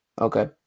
Okay